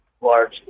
large